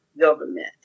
Government